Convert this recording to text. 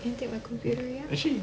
can you take my computer here